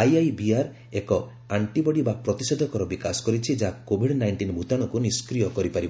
IIBR ଏକ antibody ବା ପ୍ରତିଷେଧକର ବିକାଶ କରିଛି ଯାହା କୋଭିଡ୍ ନାଇଷ୍ଟିନ ଭୂତାଶୁକୁ ନିଷ୍କ୍ରିୟ କରିପାରିବ